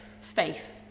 faith